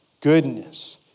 goodness